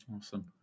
Awesome